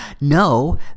no